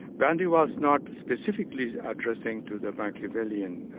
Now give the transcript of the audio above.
gandhi was not specifically addressing to the machiavellian